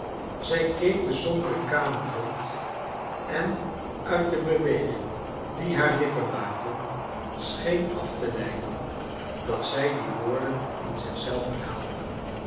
zdj keek de sombere kamer rond en uit de beweging die haar lippen maakten scheen af te leiden dat zij die woorden in